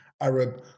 Arab